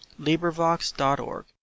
LibriVox.org